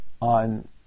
on